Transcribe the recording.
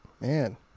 man